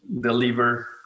deliver